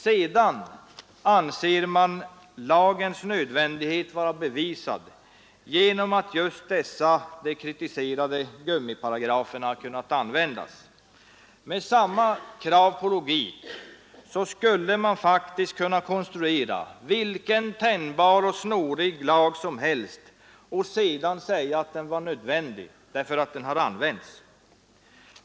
Sedan anser man lagens nödvändighet vara bevisad genom att just de kritiserade gummiparagraferna kunnat användas. Med samma krav på logik skulle man faktiskt kunna konstruera vilken tänjbar och snårig lag som helst och sedan säga att den var nödvändig därför att den har använts.